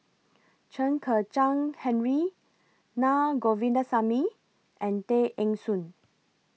Chen Kezhan Henri Na Govindasamy and Tay Eng Soon